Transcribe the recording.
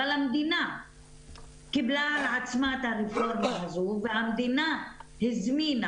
אבל המדינה קיבלה על עצמה את הרפורמה הזאת והמדינה הזמינה